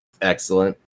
Excellent